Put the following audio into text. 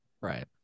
right